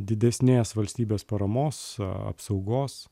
didesnės valstybės paramos apsaugos